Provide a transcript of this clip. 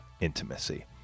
intimacy